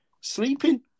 sleeping